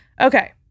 Okay